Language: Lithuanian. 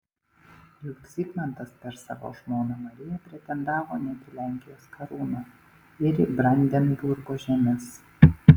juk zigmantas per savo žmoną mariją pretendavo net į lenkijos karūną ir į brandenburgo žemes